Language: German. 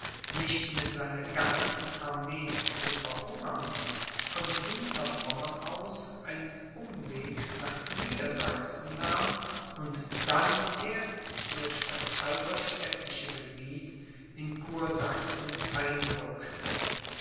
nicht mit seiner ganzen armee zu verhungern von hinterpommern aus einen umweg nach niedersachsen nahm und dann erst durch das halberstädtische gebiet in kursachsen einrückte